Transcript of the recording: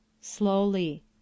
Slowly